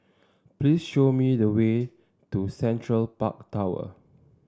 please show me the way to Central Park Tower